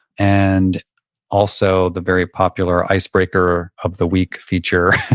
and also the very popular icebreaker of the week feature